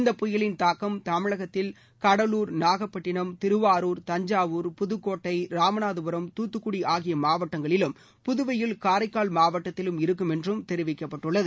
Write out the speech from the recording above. இந்த புயலின் தாக்கம் தமிழகத்தில் கடலூர் நாகப்பட்டினம் திருவாரூர் தஞ்சாவூர் புதுக்கோட்டை ராமநாதபுரம் தூத்துக்குடி ஆகிய மாவட்டங்களிலும் புதுவையில் காரைக்கால் மாவட்டத்திலும் இருக்கும் என்று தெரிவிக்கப்பட்டுள்ளது